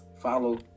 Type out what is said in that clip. follow